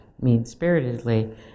mean-spiritedly